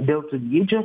dėl tų dydžių